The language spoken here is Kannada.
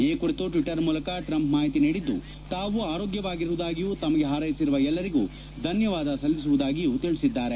ಈ ಕುರಿತು ಟ್ವಿಟರ್ ಮೂಲಕ ಟ್ರಂಪ್ ಮಾಹಿತಿ ನೀಡಿದ್ದು ತಾವು ಆರೋಗ್ಯವಾಗಿರುವುದಾಗಿಯೂ ತಮಗೆ ಹಾರೈಸಿರುವ ಎಲ್ಲರಿಗೂ ಧನ್ಯವಾದ ಸಲ್ಲಿಸುವುದಾಗಿಯೂ ತಿಳಿಸಿದ್ದಾರೆ